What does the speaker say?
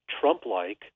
Trump-like